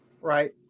right